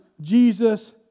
Jesus